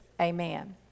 Amen